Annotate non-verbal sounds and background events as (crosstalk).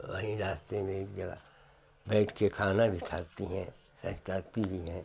वहीं रास्ते में एक जगह बैठकर खाना भी खाती हैं (unintelligible) भी हैं